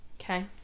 Okay